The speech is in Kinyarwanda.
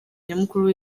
nyamukuru